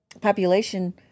population